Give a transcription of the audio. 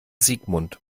sigmund